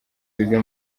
biga